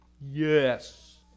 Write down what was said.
Yes